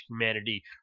humanity